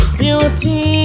beauty